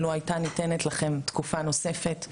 לו הייתה ניתנת לכם תקופה נוספת,